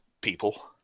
people